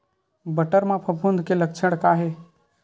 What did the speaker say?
बटर म फफूंद के लक्षण का हे?